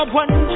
one